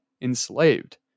enslaved